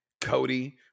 Cody